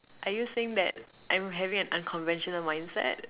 are you saying that I'm having an unconventional mindset